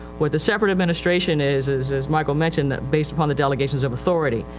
what the separate administration is, is as michael mentioned that based upon the delegations of authority.